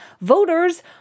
voters